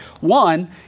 one